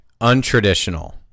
untraditional